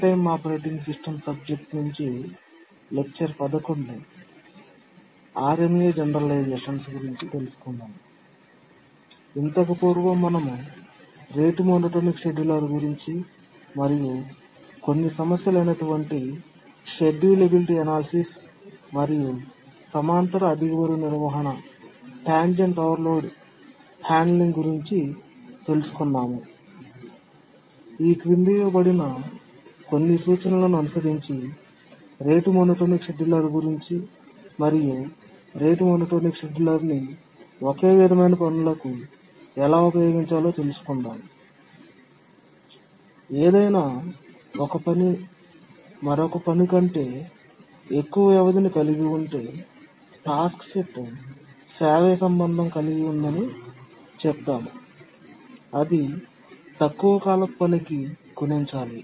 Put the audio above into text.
RMA Generalizations ఇంతకు పూర్వం మనము rate monotonic scheduler గురించి మరియు కొన్ని సమస్యలు అయినటువంటి మరియు సమాంతర అధిక బరువు నిర్వహణ గురించి తెలుసుకున్నాము ఈ క్రింది ఇవ్వబడిన కొన్ని సూచనలను అనుసరించి rate monotonic scheduler గురించి మరియు rate monotonic scheduler ని ఒకే విధమైన పనులకు ఎలా ఉపయోగించాలో తెలుసుకుందాం ఏదైనా పని మరొక పని కంటే ఎక్కువ వ్యవధిని కలిగి ఉంటే టాస్క్ సెట్ శ్రావ్య సంబంధం కలిగి ఉంటుందని చెప్తాము అది తక్కువ కాలపు పనికి గుణించాలి